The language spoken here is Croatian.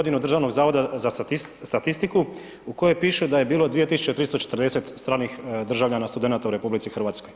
Državnog zavoda za statistiku u kojem piše da je bilo 2340 stranih državljana studenata u RH.